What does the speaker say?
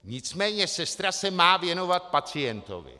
Nicméně sestra se má věnovat pacientovi.